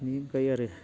बेनि अनगायै आरो